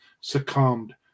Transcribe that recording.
succumbed